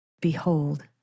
Behold